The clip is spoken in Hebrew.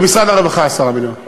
ומשרד הרווחה 10 מיליון.